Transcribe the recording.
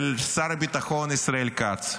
של שר הביטחון ישראל כץ.